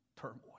turmoil